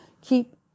keep